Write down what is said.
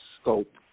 scope